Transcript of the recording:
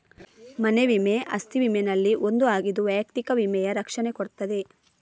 ಮನೆ ವಿಮೆ ಅಸ್ತಿ ವಿಮೆನಲ್ಲಿ ಒಂದು ಆಗಿದ್ದು ವೈಯಕ್ತಿಕ ವಿಮೆಯ ರಕ್ಷಣೆ ಕೊಡ್ತದೆ